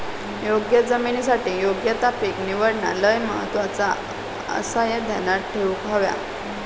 योग्य जमिनीसाठी योग्य ता पीक निवडणा लय महत्वाचा आसाह्या ध्यानात ठेवूक हव्या